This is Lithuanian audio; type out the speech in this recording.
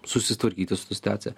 susitvarkyti su ta situacija